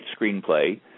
screenplay